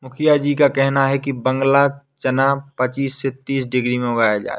मुखिया जी का कहना है कि बांग्ला चना पच्चीस से तीस डिग्री में उगाया जाए